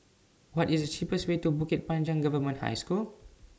What IS The cheapest Way to Bukit Panjang Government High School